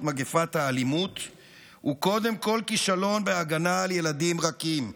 מגפת האלימות הוא קודם כול כישלון בהגנה על ילדים רכים.